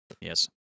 Yes